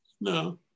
no